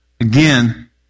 Again